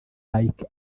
bike